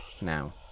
now